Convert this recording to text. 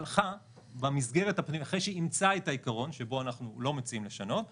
אחרי שאימצה את העיקרון שבו אנחנו לא מציעים לשנות אמרה: